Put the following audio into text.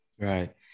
Right